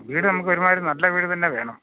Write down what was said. വീട് നമുക്കൊരുമാതിരി നല്ല വീട് തന്നെ വേണം